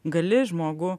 gali žmogų